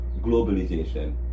globalization